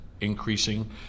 increasing